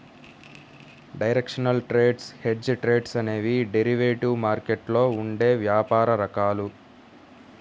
directional trades, hedged trades అనేవి derivative మార్కెట్లో ఉండే వ్యాపార రకాలు